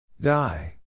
Die